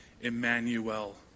Emmanuel